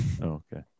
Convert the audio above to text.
Okay